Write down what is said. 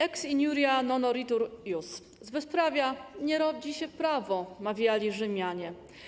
Ex iniuria non oritur ius, z bezprawia nie rodzi się prawo - mawiali Rzymianie.